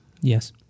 Yes